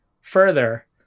further